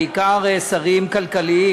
בעיקר שרים כלכליים,